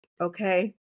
okay